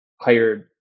hired